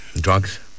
drugs